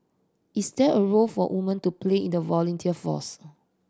is there a role for woman to play in the volunteer force